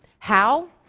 how?